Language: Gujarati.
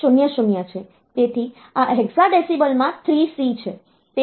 તેથી આ હેક્સાડેસિમલમાં 3C છે